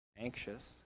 anxious